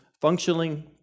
functioning